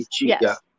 yes